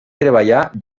treballar